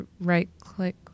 right-click